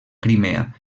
crimea